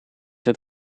het